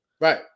Right